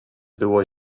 było